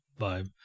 vibe